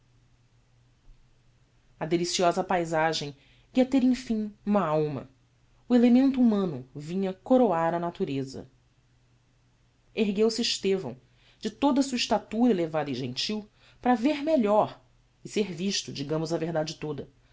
a deliciosa paisagem ia ter emfim uma alma o elemento humano vinha coroar a natureza ergueu-se estevão de toda a sua estatura elevada e gentil para ver melhor e ser visto digamos a verdade toda